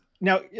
now